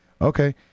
Okay